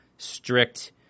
Strict